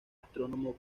astrónomo